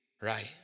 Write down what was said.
Right